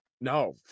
No